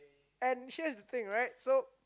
and here's the thing right so